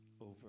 over